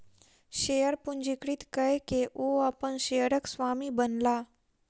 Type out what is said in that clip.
share पंजीकृत कय के ओ अपन शेयरक स्वामी बनला